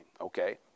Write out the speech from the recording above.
okay